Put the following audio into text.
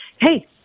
hey